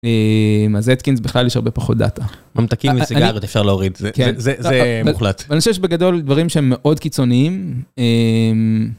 אז אטקינס בכלל יש הרבה פחות דאטה. ממתקים וסיגרת אפשר להוריד, זה מוחלט. ואני חושב שבגדול דברים שהם מאוד קיצוניים.